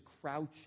crouching